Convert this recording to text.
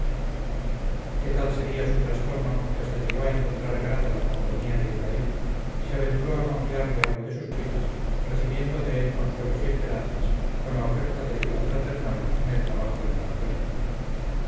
qué tal sería su trastorno que hasta llegó a encontrar grata la compañía de ibraim y se aventuró a confiarle algo de sus cuitas recibiendo de él consuelos y esperanzas con la oferta de ayuda fraternal en el trabajo indagatorio